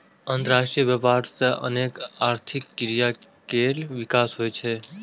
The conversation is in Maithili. अंतरराष्ट्रीय व्यापार सं अनेक आर्थिक क्रिया केर विकास होइ छै